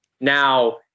Now